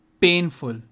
painful